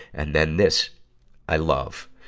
and then this i love,